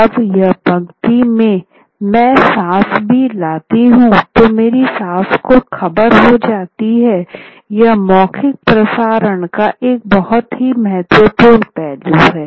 अब यह पंक्ति मैं सास भी लेती हूं तो मेरी सास को खबर हो जाती है" यह मौखिक प्रसारण का एक बहुत ही महत्वपूर्ण पहलू है